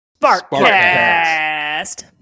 Sparkcast